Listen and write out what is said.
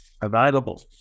available